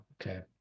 okay